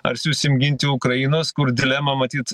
ar siųsim ginti ukrainos kur dilema matyt